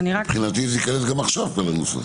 מבחינתי זה ייכנס כבר עכשיו לנוסח.